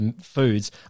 foods